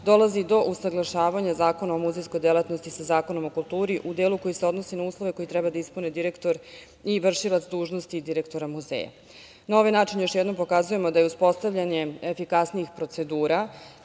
dolazi do usaglašavanja Zakona o muzejskoj delatnosti sa Zakonom o kulturi, u delu koji se odnosi na uslove koje treba da ispuni direktor i vršilac dužnosti direktora muzeja. Na ovaj način još jednom pokazujemo da je uspostavljanje efikasnijih procedura